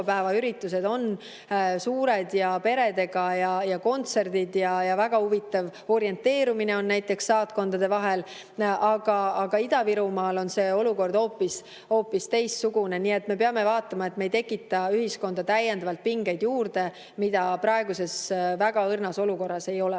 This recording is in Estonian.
üritused on suured ja [neil käiakse] peredega, on kontserdid ja väga huvitav orienteerumine on näiteks saatkondade vahel. Aga Ida-Virumaal on see olukord hoopis teistsugune. Nii et me peame vaatama, et me ei tekita ühiskonda täiendavalt pingeid juurde, mida praeguses väga õrnas olukorras ei ole